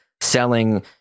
selling